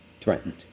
threatened